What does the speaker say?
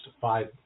five